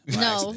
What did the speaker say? No